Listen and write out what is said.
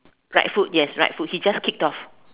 right foot yes right foot he just kicked off